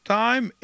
time